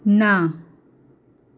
ना